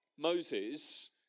Moses